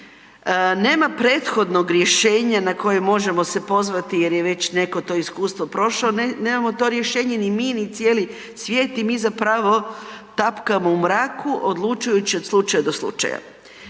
Nema prethodnog rješenja na koje se možemo pozvati jer je već neko to iskustvo prošao, nemamo to rješenje ni mi ni cijeli svijet i mi zapravo tapkamo u mraku odlučujući od slučaja do slučaja.